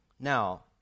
Now